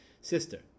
sister